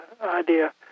idea